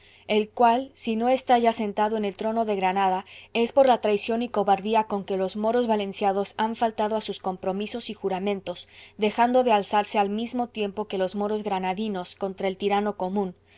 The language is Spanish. el cual si no está ya sentado en el trono de granada es por la traición y cobardía con que los moros valencianos han faltado a sus compromisos y juramentos dejando de alzarse al mismo tiempo que los moros granadinos contra el tirano común